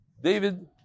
David